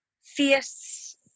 Fierce